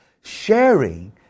sharing